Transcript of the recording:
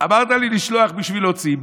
אמרת לי לשלוח בשביל להוציא,